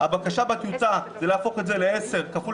הבקשה בטיוטה זה להפוך את זה ל-10 כפול